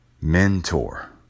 mentor